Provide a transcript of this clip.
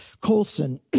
Colson